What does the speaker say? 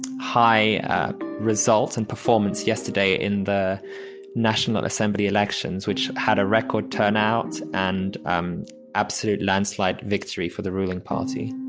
high results and performance yesterday in the national assembly elections, which had a record turnout and an um absolute landslide victory for the ruling party